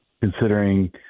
considering